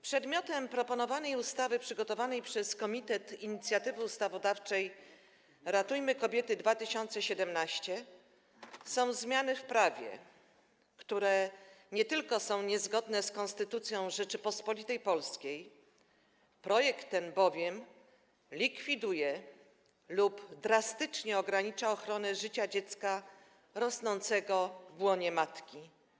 Przedmiotem proponowanej ustawy przygotowanej przez Komitet Inicjatywy Ustawodawczej „Ratujmy kobiety 2017” są zmiany w prawie, które nie tylko są niezgodne z Konstytucją Rzeczypospolitej Polskiej, projekt ten likwiduje bowiem lub drastycznie ogranicza ochronę życia dziecka rosnącego w łonie matki.